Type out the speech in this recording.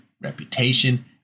reputation